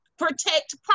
Protect